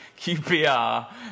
QPR